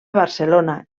barcelona